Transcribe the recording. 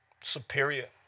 superior